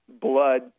blood